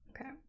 Okay